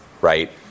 right